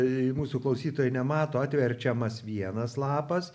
į mūsų klausytojai nemato atverčiamas vienas lapas